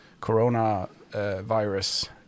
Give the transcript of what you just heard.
coronavirus